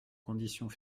conditions